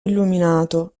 illuminato